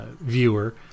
viewer